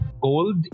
gold